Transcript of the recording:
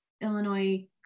Illinois